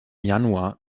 januar